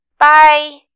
Bye